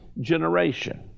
generation